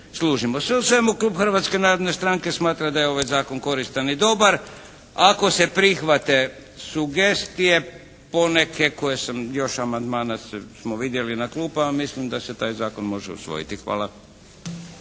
Sve u svemu klub Hrvatske narodne stranke smatra da je ovaj Zakon koristan i dobar. Ako se prihvate sugestije poneke koje sam još amandmana smo vidjeli na klupama, mislim da se taj Zakon može usvojiti. Hvala.